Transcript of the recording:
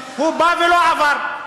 הוא בא, הוא בא ולא עבר.